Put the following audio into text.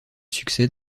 succès